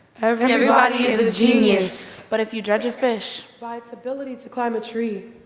everybody everybody is a genius. but if you judge a fish by its ability to climb a tree.